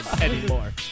anymore